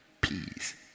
peace